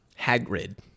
Hagrid